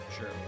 sure